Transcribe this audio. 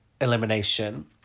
elimination